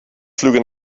flüge